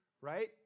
Right